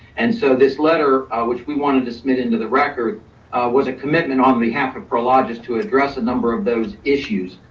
and so this letter, which we wanted to submit into the record was a commitment on the half of prologis to address a number of those issues.